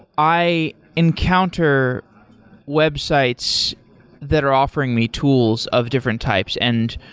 i encounter websites that are offering me tools of different types. and